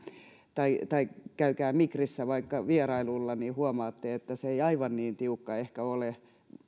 tai tai käykää vaikka migrissä vierailulla niin huomaatte että se ei aivan niin tiukka ehkä ole